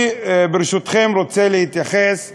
אני, ברשותכם, רוצה להתייחס לסוגיה,